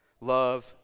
Love